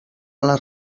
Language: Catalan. les